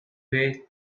way